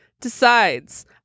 decides